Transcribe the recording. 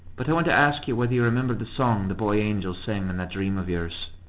but i want to ask you whether you remember the song the boy-angels sang in that dream of yours.